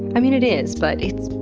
i mean it is but it's.